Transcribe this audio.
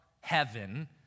heaven